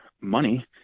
money